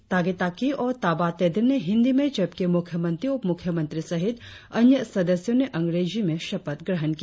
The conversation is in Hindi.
तागे ताकी और ताबा तेदिर ने हिन्दी में जबकि मुख्यमंत्री और उपमुख्यमंत्री सहित अन्य सदस्यों ने अंग्रेजी में शपथ ग्रहण की